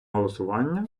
голосування